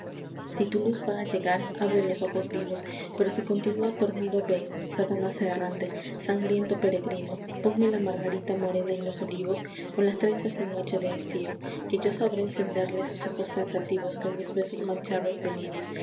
si tu luz va a llegar abre los ojos vivos pero si continúas dormido ven satanás errante sangriento peregrino ponme la margarita morena en los olivos con las trenzas de noche de estío que yo sabré encenderle sus ojos pensativos con mis besos manchados de